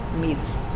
meets